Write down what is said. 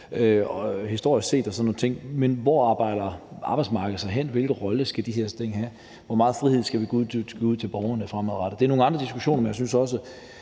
historisk set og sådan nogle ting, hvor arbejdsmarkedet arbejder sig hen, hvilken rolle de her ting skal spille, og hvor meget frihed vi skal give ud til borgerne fremadrettet. Det er nogle andre diskussioner, men jeg synes også,